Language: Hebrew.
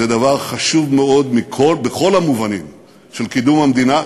דבר חשוב מאוד בכל המובנים של קידום המדינה,